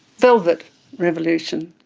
velvet revolution,